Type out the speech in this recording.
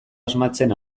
asmatzen